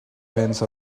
fence